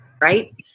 right